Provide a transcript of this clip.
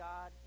God